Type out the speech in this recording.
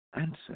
answer